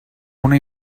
una